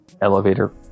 elevator